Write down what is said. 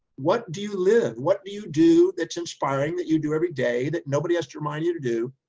what do you live? what do you do that's inspiring that you do every day that nobody has to remind you to do,